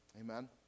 Amen